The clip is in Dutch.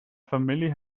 familie